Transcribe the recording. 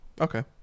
Okay